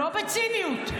לא בציניות.